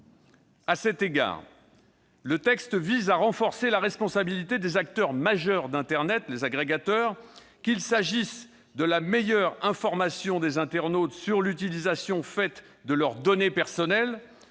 À cet égard, le texte vise à renforcer la responsabilité des acteurs majeurs d'internet, à savoir les agrégateurs, qu'il s'agisse d'améliorer l'information des internautes en matière d'utilisation de leurs données personnelles